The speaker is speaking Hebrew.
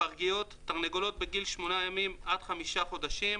"פרגית" תרנגולת בגיל שמונה ימים עד חמישה חודשים,